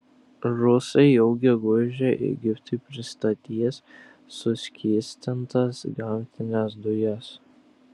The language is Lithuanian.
rusai jau gegužę egiptui pristatys suskystintas gamtines dujas